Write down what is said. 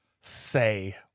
Say